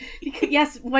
Yes